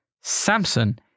Samson